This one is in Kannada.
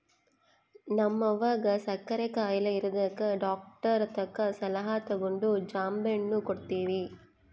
ನಮ್ವಗ ಸಕ್ಕರೆ ಖಾಯಿಲೆ ಇರದಕ ಡಾಕ್ಟರತಕ ಸಲಹೆ ತಗಂಡು ಜಾಂಬೆಣ್ಣು ಕೊಡ್ತವಿ